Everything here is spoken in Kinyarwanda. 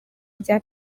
rya